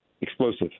Explosive